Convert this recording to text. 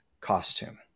costume